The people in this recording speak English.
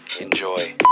enjoy